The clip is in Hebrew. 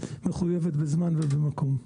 מחויבת בזמן ובמקום.